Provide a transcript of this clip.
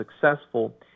successful